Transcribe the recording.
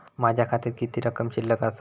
माझ्या खात्यात किती रक्कम शिल्लक आसा?